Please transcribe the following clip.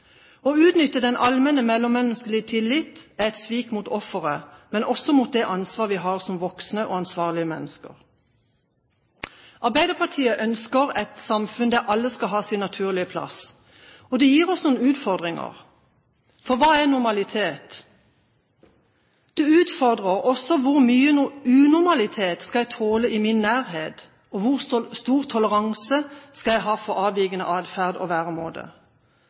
Å utnytte den allmenne mellommenneskelige tillit er et svik mot offeret, men også mot det ansvar vi har som voksne og ansvarlige mennesker. Arbeiderpartiet ønsker et samfunn der alle skal ha sin naturlige plass. Det gir oss noen utfordringer, for hva er normalitet? Det utfordrer oss også på hvor mye unormalitet man skal tåle i sin nærhet. Hvor stor toleranse skal man ha for avvikende adferd og